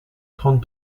trente